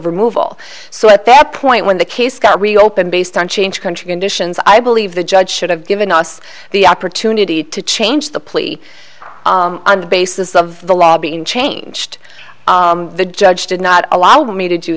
removal so at that point when the case got reopened based on changed country conditions i believe the judge should have given us the opportunity to change the plea on the basis of the law being changed the judge did not allow me to do